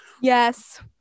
Yes